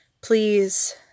please